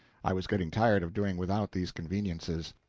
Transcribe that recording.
i was getting tired of doing without these conveniences.